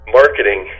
marketing